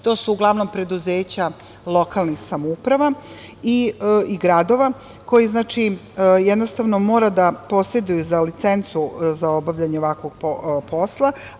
To su uglavnom preduzeća lokalnih samouprava, i gradova, koji moraju da poseduju licencu za obavljanje ovakvog posla.